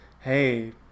hey